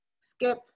skip